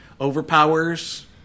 overpowers